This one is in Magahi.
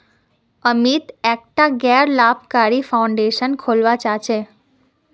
अमित एकटा गैर लाभकारी फाउंडेशन खोलवा चाह छ